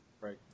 right